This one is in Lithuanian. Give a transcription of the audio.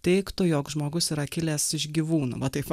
teigtų jog žmogus yra kilęs iš gyvūnų va taip va